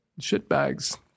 shitbags